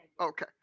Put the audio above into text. Okay